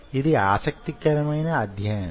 ఇది ఆసక్తికరమైన అధ్యయనం